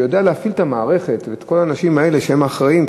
שיודע להפעיל את המערכת ואת כל האנשים האלה שהם האחראים,